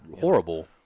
horrible